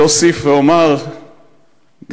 ואוסיף ואומר גם,